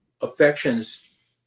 affections